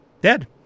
Dead